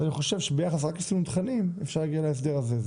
אני חושב שביחס רק לסינון תכנים אפשר להגיע להסדר הזה.